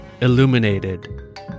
illuminated